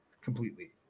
completely